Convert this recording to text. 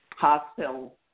hospital